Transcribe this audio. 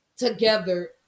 Together